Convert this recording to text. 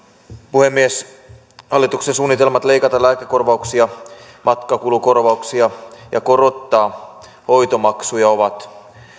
puhemies hallituksen suunnitelmat leikata lääkekorvauksia ja matkakulukorvauksia ja korottaa hoitomaksuja ovat